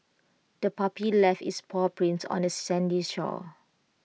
the puppy left its paw prints on the sandy shore